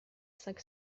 cinq